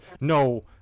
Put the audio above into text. No